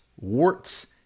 warts